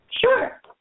Sure